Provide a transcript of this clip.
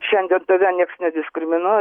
šiandien tave nieks nediskriminuoja